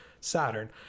saturn